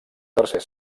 tercer